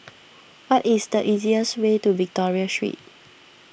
what is the easiest way to Victoria Street